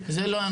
אבל לא משנה.